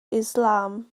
islam